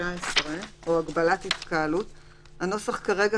סעיף 19. הנוסח כרגע